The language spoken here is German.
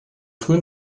frühen